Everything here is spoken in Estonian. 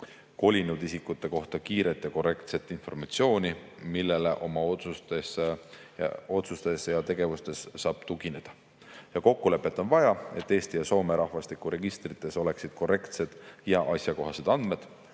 kolinud isikute kohta kiiret ja korrektset informatsiooni, millele oma otsustes ja tegevustes saab tugineda. Kokkulepet on vaja, et Eesti ja Soome rahvastikuregistris oleksid korrektsed ja asjakohased andmed.